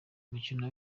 umukino